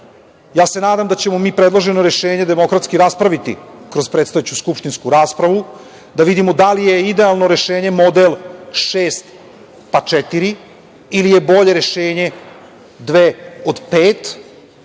se nadam da ćemo mi predloženo rešenje demokratski raspraviti kroz predstojeću skupštinsku raspravu, da vidimo da li je idealno rešenje model šest pa četiri, ili je bolje rešenje dve